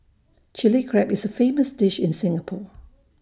Chilli Crab is A famous dish in Singapore